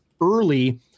early